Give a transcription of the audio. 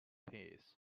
hits